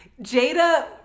Jada